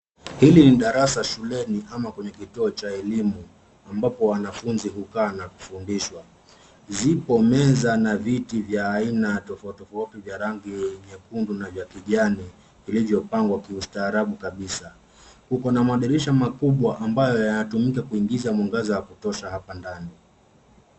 Hili ni darasa shuleni ama kwenye kituo cha elimu ambapo wanafunzi hukaa na kufundishwa. Zipo meza na viti vya aina tofauti tofauti vya rangi nyekundu na vya kijani, vilivyopangwa kiustaarabu kabisa. Kuko na madirisha makubwa ambayo yanatumika kuingiza mwangaza wa kutosha hapa ndani.